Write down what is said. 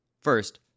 First